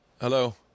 hello